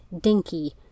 Dinky